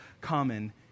common